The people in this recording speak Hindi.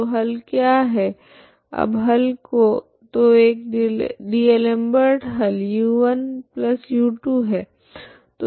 तो हल क्या है अब हल तो एक डी'एलमबर्ट हल u1u2 है